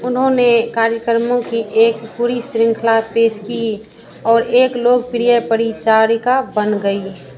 उन्होंने कार्यक्रमों की एक पूरी शृँखला पेश की और एक लोकप्रिय परिचारिका बन गईं